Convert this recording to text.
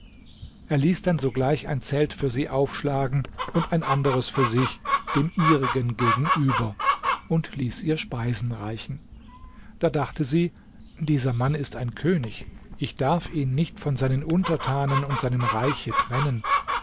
er ließ dann sogleich ein zelt für sie aufschlagen und ein anderes für sich dem ihrigen gegenüber und ließ ihr speisen reichen da dachte sie dieser mann ist ein könig ich darf ihn nicht von seinen untertanen und seinem reiche trennen